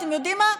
אתם יודעים מה,